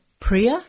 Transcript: Priya